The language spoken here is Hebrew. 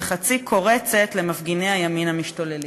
קורצת למפגיני הימין המשתוללים".